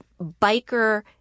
biker